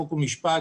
חוק ומשפט,